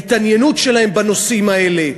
ההתעניינות שלהם בנושאים האלה.